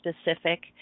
specific